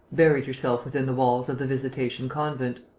buried herself within the walls of the visitation convent.